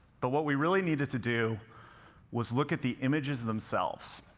but what we really needed to do was look at the images themselves.